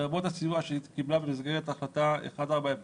לרבות הסיוע שהיא קיבלה במסגרת החלטה 1408